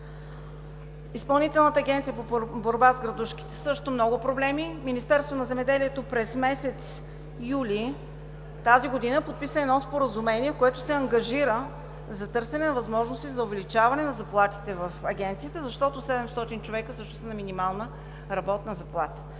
Изпълнителната агенция по борба с градушките – също много проблеми. Министерството на земеделието през месец юли тази година подписа едно споразумение, което се ангажира за търсене на възможности за увеличаване на заплатите в Агенцията, защото 700 човека също са на минимална работна заплата.